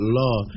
law